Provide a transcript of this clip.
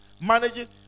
Managing